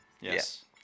Yes